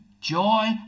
joy